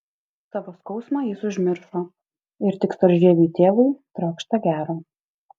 savo skausmą jis užmiršo ir tik storžieviui tėvui trokšta gero